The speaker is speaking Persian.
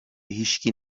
هیشکی